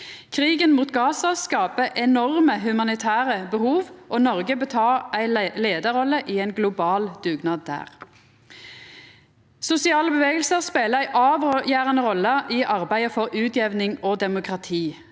Krigen mot Gaza skaper enorme humanitære behov, og Noreg bør ta ei leiarrolle i ein global dugnad der. Sosiale bevegelsar spelar ei avgjerande rolle i arbeidet for utjamning og demokrati.